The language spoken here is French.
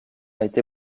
été